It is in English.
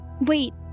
Wait